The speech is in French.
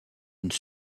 une